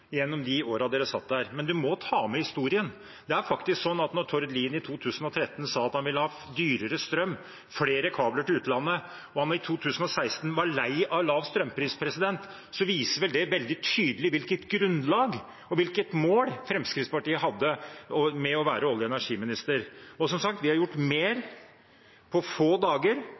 gjennom de årene man satt i regjering. Men man må ta med historien: Det er faktisk sånn at da Tord Lien i 2013 sa at han ville ha dyrere strøm og flere kabler til utlandet, og han i 2016 var lei av lav strømpris, viser vel det veldig tydelig hvilket grunnlag og hvilket mål Fremskrittspartiet hadde med å ha olje- og energiministeren. Og som sagt: Vi har gjort mer på få dager